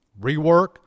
rework